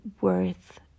worth